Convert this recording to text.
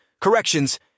corrections